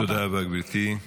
תודה רבה, גברתי.